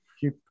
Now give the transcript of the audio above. Keep